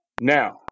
Now